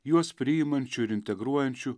juos priimančių ir integruojančių